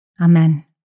Amen